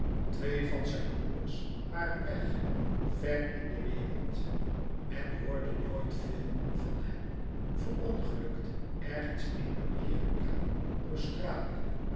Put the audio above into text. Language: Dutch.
twee van zijn broêrs waren weg ver in de wereld men hoorde louis couperus metamorfoze nooit veel van hen verongelukt ergens in amerika australië